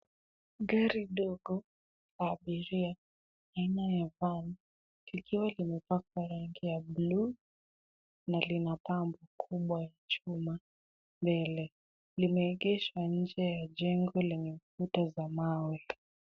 Gari ndogo la abiria aina ya van likiwa limepakwa rangi ya bluu na lina bango kubwa ya chuma mbele limeegeshwa nje ya jengo lenye kuta za mawe.